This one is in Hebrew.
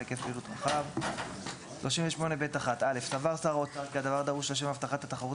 היקף פעילות רחב סבר שר האוצר כי הדבר דרוש לשם הבטחת התחרות